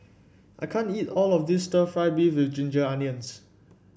I can't eat all of this stir fry beef with Ginger Onions